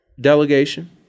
delegation